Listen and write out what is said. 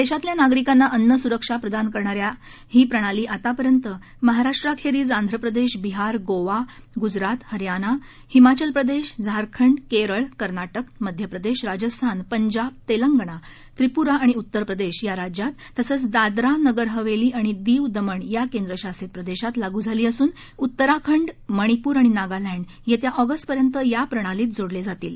देशातल्या नागरिकांना अन्नसुरक्षा प्रदान करणाऱ्या ही प्रणाली आतापर्यंत महाराष्ट्राखेरीज आंध्रप्रदेश बिहार गोवा गुजरात हरयाणा हिमाचल प्रदेश झारखंड केरळकर्नाटक मध्यप्रदेश राजस्थान पंजाब तेलंगण त्रिपुरा आणि उत्तर प्रदेश या राज्यात तसंच दादरा नगरहवेली आणि दीव दमण या केंद्रशासित प्रदेशात लागू झाली असून उत्तराखंड मणिपूर आणि नागालँड येत्या ऑगस्ट पर्यंत या प्रणालीत जोडले जातील